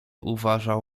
uważał